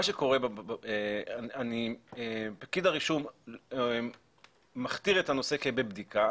מה שקורה, פקיד הרישום מכתיר את הנושא כ'בבדיקה'